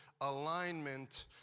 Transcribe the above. alignment